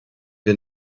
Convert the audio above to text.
wir